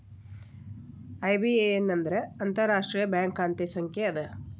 IBAN ಅಂದ್ರ ಅಂತಾರಾಷ್ಟ್ರೇಯ bank ಖಾತೆ ಸಂಖ್ಯಾ ಅದ